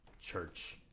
Church